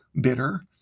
bitter